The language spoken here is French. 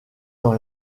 dans